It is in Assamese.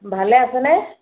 ভালে আছেনে